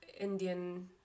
Indian